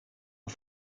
een